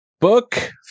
book